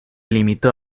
limitó